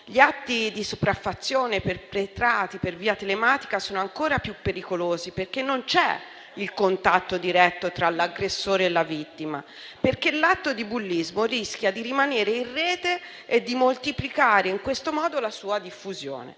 Gli atti di sopraffazione, perpetrati per via telematica, sono ancora più pericolosi, perché non c'è il contatto diretto tra l'aggressore e la vittima, perché l'atto di bullismo rischia di rimanere in rete e moltiplicare in questo modo la sua diffusione.